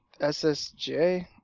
SSJ